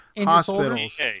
Hospitals